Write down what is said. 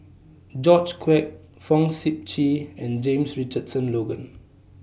George Quek Fong Sip Chee and James Richardson Logan